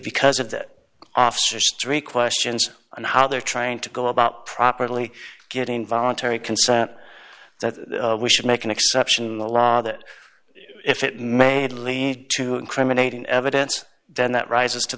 because of the officers three questions and how they're trying to go about properly getting voluntary consent that we should make an exception in the law that if it may lead to incriminating evidence then that rises to